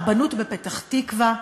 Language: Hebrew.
הרבנות בפתח-תקווה,